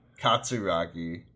Katsuragi